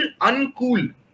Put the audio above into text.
uncool